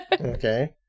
Okay